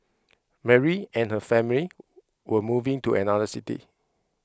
Mary and her family were moving to another city